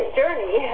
journey